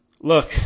Look